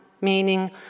meaning